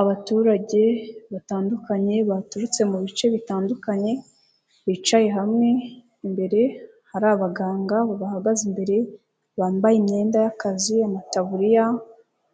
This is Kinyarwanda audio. Abaturage batandukanye baturutse mu bice bitandukanye, bicaye hamwe, imbere hari abaganga babahagaze imbere, bambaye imyenda y'akazi, amataburiya